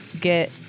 Get